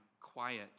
quiet